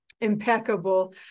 impeccable